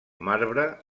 marbre